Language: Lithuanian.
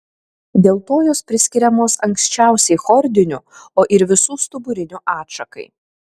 dėl to jos priskiriamos anksčiausiai chordinių o ir visų stuburinių atšakai